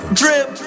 drip